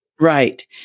Right